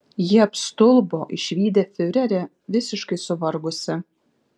jie apstulbo išvydę fiurerį visiškai suvargusį